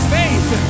faith